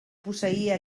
posseïa